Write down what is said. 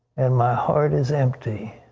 and my heart is empty.